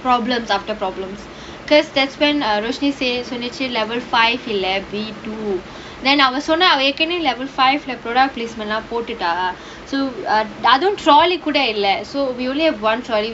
problems after problems because that's when err roshni says level five இல்ல:illa B_two then அவ சொன்னா அவ ஏற்கனவே:ava sonnaa ava erkanavae level five lah product placement லாம் போட்டுட்டா:laam pottutaa so அதுவும்:athuvum trolley கூட இல்ல:kooda illa so we only have one trolley